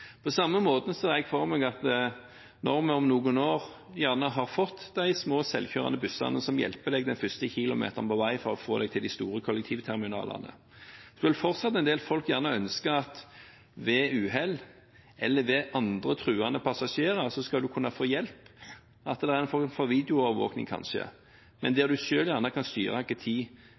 På samme måten ser jeg for meg at når vi om noen år kanskje har fått de små, selvkjørende bussene som hjelper deg den første kilometeren på vei for å få deg til de store kollektivterminalene, vil fortsatt en del folk kanskje ønske at de skal kunne få hjelp ved uhell eller ved truende passasjerer – at det kanskje er en form for videoovervåkning der du selv kan styre til hvilken tid